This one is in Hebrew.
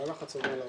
על הלחץ --- האוצר.